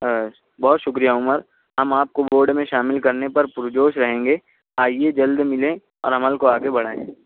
بہت شکریہ عمر ہم آپ کو بورڈ میں شامل کرنے پر پرجوش رہیں گے آئیے جلد ملیں اور عمل کو آگے بڑھائیں